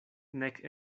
nek